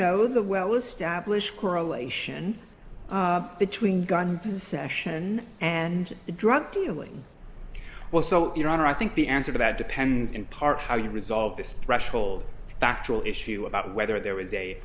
know the well established correlation between gun possession and drug dealing well so your honor i think the answer to that depends in part how you resolve this threshold factual issue about whether there was a